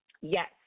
Yes